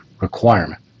requirement